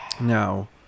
Now